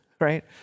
right